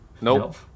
Nope